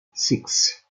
six